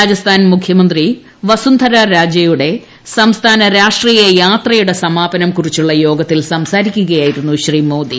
രാജസ്ഥാൻ മുഖ്യമന്ത്രി വസുന്ധരാ രാജയുടെ സംസ്ഥാന രാഷ്ട്രീയ യാത്രയുടെ സമാപനം കുറിച്ചുള്ള യോഗത്തിൽ സംസാരിക്കുകയായിരുന്നു ശ്രീ മോദി